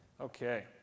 Okay